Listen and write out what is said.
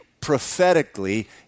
prophetically